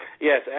Yes